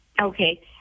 Okay